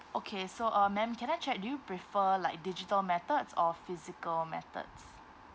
okay so uh ma'am can I check do you prefer like digital methods or physical methods